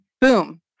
boom